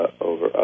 over